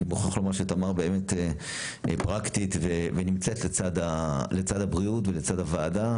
אני מוכרח לומר שתמר באמת פרקטית ונמצאת לצד הבריאות ולצד הוועדה,